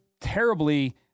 terribly